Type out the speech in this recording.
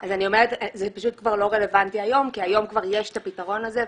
זה פשוט כבר לא רלוונטי היום כי היום כבר יש את הפתרון הזה.